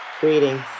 greetings